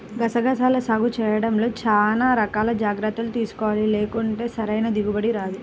గసగసాల సాగు చేయడంలో చానా రకాల జాగర్తలు తీసుకోవాలి, లేకుంటే సరైన దిగుబడి రాదు